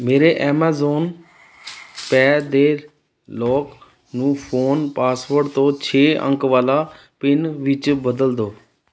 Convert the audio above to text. ਮੇਰੇ Amazon Pay ਦੇ lock ਨੂੰ ਫ਼ੋਨ ਪਾਸਵਰਡ ਤੋਂ ਛੇ ਅੰਕ ਵਾਲਾ ਪਿੰਨ ਵਿੱਚ ਬਦਲ ਦਿਉ